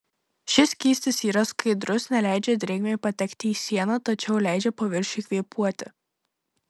šis skystis yra skaidrus neleidžia drėgmei patekti į sieną tačiau leidžia paviršiui kvėpuoti